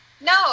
No